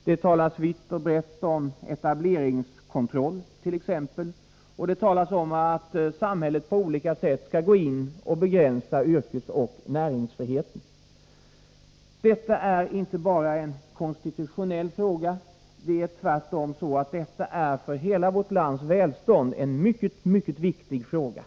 Det talas vitt och brett om etableringskontroll. Detta är inte bara en konstitutionell fråga — det är tvärtom en för hela vårt lands välstånd mycket, mycket viktig fråga.